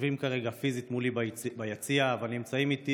היושבים כרגע פיזית מולי ביציע והנמצאים איתי